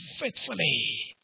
faithfully